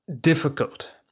difficult